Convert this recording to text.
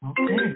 Okay